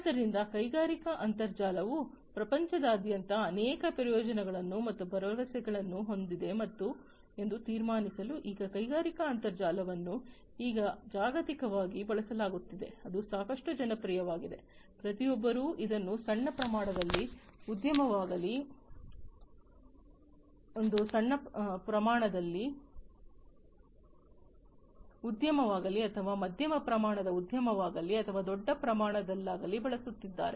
ಆದ್ದರಿಂದ ಕೈಗಾರಿಕಾ ಅಂತರ್ಜಾಲವು ಪ್ರಪಂಚದಾದ್ಯಂತ ಅನೇಕ ಪ್ರಯೋಜನಗಳನ್ನು ಮತ್ತು ಭರವಸೆಗಳನ್ನು ಹೊಂದಿದೆ ಎಂದು ತೀರ್ಮಾನಿಸಲು ಇದು ಕೈಗಾರಿಕಾ ಅಂತರ್ಜಾಲವನ್ನು ಈಗ ಜಾಗತಿಕವಾಗಿ ಬಳಸಲಾಗುತ್ತಿದೆ ಅದು ಸಾಕಷ್ಟು ಜನಪ್ರಿಯವಾಗಿದೆ ಪ್ರತಿಯೊಬ್ಬರೂ ಇದನ್ನು ಸಣ್ಣ ಪ್ರಮಾಣದ ಉದ್ಯಮವಾಗಲಿ ಅಥವಾ ಮಧ್ಯಮ ಪ್ರಮಾಣದ ಉದ್ಯಮವಾಗಲಿ ಅಥವಾ ದೊಡ್ಡ ಪ್ರಮಾಣದಲ್ಲಿರಲಿ ಬಳಸುತ್ತಿದ್ದಾರೆ